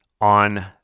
on